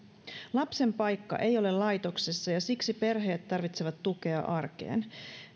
lapsen paikka ei ole laitoksessa ja siksi perheet tarvitsevat tukea arkeen